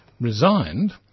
resigned